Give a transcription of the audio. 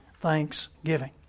thanksgiving